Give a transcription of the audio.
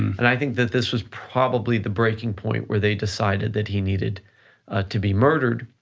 and i think that this was probably the breaking point where they decided that he needed to be murdered,